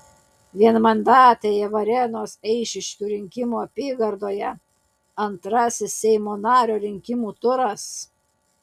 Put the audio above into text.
vienmandatėje varėnos eišiškių rinkimų apygardoje antrasis seimo nario rinkimų turas